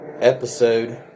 episode